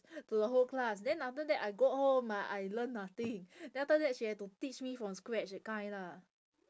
to the whole class then after that I got home uh I learn nothing then after that she had to teach me from scratch that kind lah